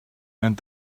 and